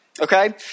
Okay